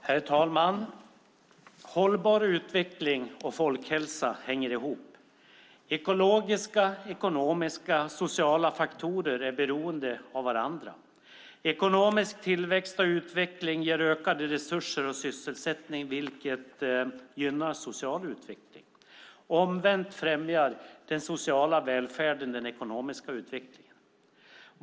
Herr talman! Hållbar utveckling och folkhälsa hänger ihop. Ekologiska, ekonomiska och sociala faktorer är beroende av varandra. Ekonomisk tillväxt och utveckling ger ökade resurser och sysselsättning, vilket gynnar social utveckling. Omvänt främjar den sociala välfärden den ekonomiska utvecklingen.